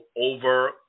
over